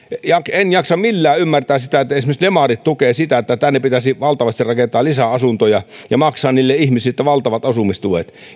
en jaksa millään ymmärtää että esimerkiksi demarit tukevat sitä että tänne pitäisi valtavasti rakentaa lisää asuntoja ja maksaa ihmisille valtavat asumistuet